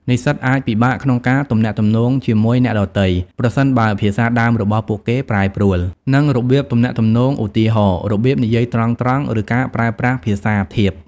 និស្សិតអាចពិបាកក្នុងការទំនាក់ទំនងជាមួយអ្នកដទៃ ប្រសិនបើភាសាដើមរបស់ពួកគេប្រែប្រួល និងរបៀបទំនាក់ទំនង ឧទាហរណ៍ របៀបនិយាយត្រង់ៗ ឬការប្រើប្រាស់ភាសាធៀប។